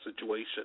situation